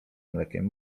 mlekiem